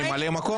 ממלא מקום.